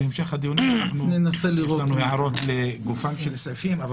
בהמשך הדיונים, יש לנו הערות לגופם של סעיפים.